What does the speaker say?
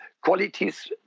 qualities